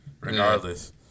Regardless